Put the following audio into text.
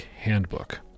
Handbook